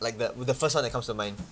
like the the first one that comes to mind